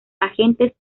agentes